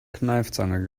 kneifzange